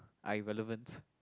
are irrelevant